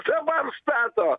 savam stato